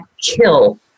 kill